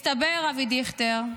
מסתבר, אבי דיכטר,